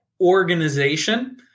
organization